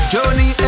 Johnny